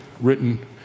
written